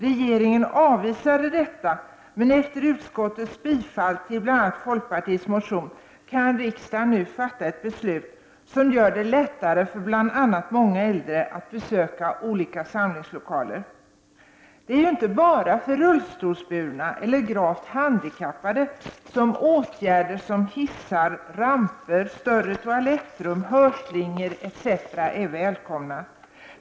Regeringen avvisade detta, men efter utskottets tillstyrkande av bl.a. folkpartiets motion kan riksdagen nu fatta ett beslut som gör det lättare för bl.a. många äldre att besöka olika samlingslokaler. Det är ju inte bara för rullstolsburna eller gravt handikappade som hissar, ramper, större toalettrum, hörslingor etc. är välkomna.